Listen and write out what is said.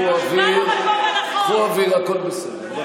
קחו אוויר, הכול בסדר.